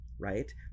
right